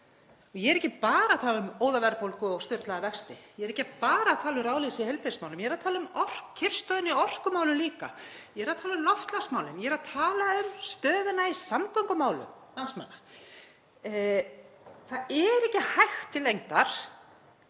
Ég er ekki bara tala um óðaverðbólgu og sturlaða vexti, ég er ekki bara að tala um ráðleysi í heilbrigðismálum, ég er að tala um kyrrstöðuna í orkumálum líka. Ég er að tala um loftslagsmálin. Ég er að tala um stöðuna í samgöngumálum landsmanna. Það er ekki hægt til lengdar